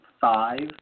five